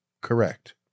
correct